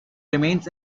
remains